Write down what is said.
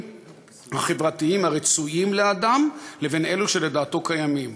החברתיים הרצויים לאדם לבין אלו שלדעתו קיימים.